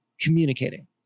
communicating